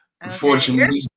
unfortunately